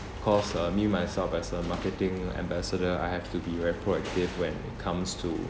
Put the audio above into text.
cause uh me myself as a marketing ambassador I have to be very proactive when it comes to